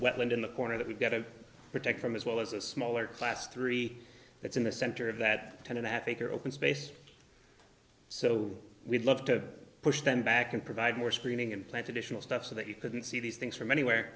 wetland in the corner that we've got to protect from as well as a smaller class three that's in the center of that ten and a half acre open space so we'd love to push them back and provide more screening and plan to dish and stuff so that you couldn't see these things from anywhere